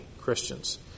Christians